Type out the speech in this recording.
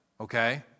Okay